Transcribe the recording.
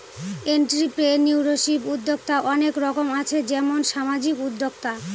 entrepreneurship উদ্যক্তা অনেক রকম আছে যেমন সামাজিক উদ্যোক্তা